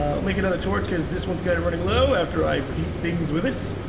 ah i'll make another torch because this one's kind of running low after i beat things with it.